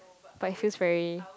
but it feels very